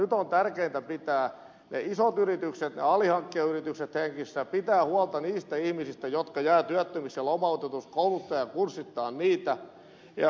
nyt on tärkeintä pitää ne isot yritykset ne alihankkijayritykset hengissä pitää huolta niistä ihmisistä jotka jäävät työttömiksi ja lomautetuiksi kouluttaa ja kurssittaa heitä